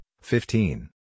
fifteen